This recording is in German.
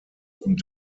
und